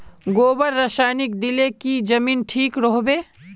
गोबर रासायनिक दिले की जमीन ठिक रोहबे?